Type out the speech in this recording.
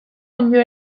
onddo